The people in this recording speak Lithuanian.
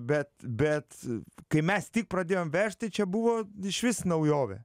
bet bet kai mes tik pradėjom vežti čia buvo išvis naujovė